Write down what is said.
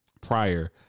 prior